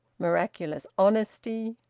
miraculous honesty,